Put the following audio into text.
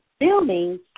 filming